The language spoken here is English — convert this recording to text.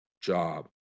job